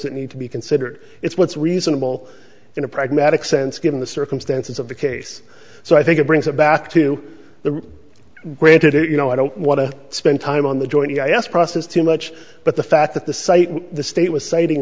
that need to be considered it's what's reasonable in a pragmatic sense given the circumstances of the case so i think it brings it back to the granted it you know i don't want to spend time on the joint i asked process too much but the fact that the site the state was